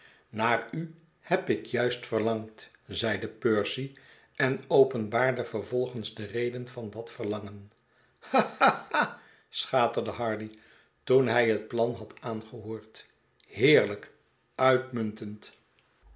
naar u heb ik juist verlangd zeide percy en openbaarde vervolgens de reden van dat verlangen ha ha ha schaterde hardy toen hij het plan had aangehoord heerlijk uitmuntend